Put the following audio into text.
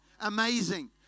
Amazing